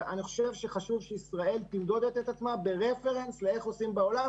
אבל חשוב שישראל תמדוד את עצמה כמו שעושים בשאר העולם,